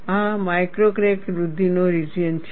આ micro crack વૃદ્ધિનો region છે